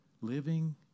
Living